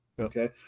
Okay